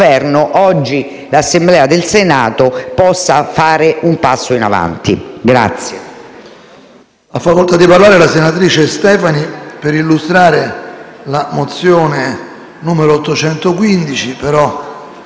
oggi l'Assemblea del Senato possa fare un passo in avanti.